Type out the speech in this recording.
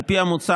על פי המוצע,